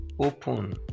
Open